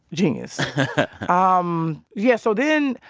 genius um yeah, so then,